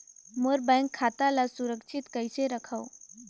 मोर bank खाता ला सुरक्षित कइसे रखव?